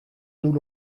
nous